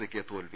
സിക്ക് തോൽവി